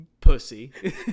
Pussy